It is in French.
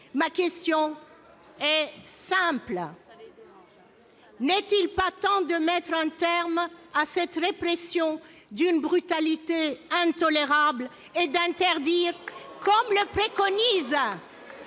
Ma question est simple : n'est-il pas temps de mettre un terme à cette répression d'une brutalité intolérable et d'interdire, comme le préconise